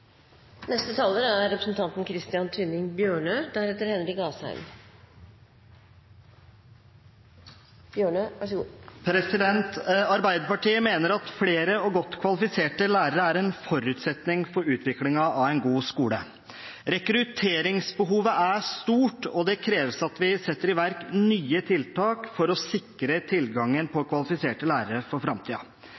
Arbeiderpartiet mener at flere og godt kvalifiserte lærere er en forutsetning for utviklingen av en god skole. Rekrutteringsbehovet er stort, og det kreves at vi setter i verk nye tiltak for å sikre tilgangen på kvalifiserte lærere for